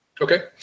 Okay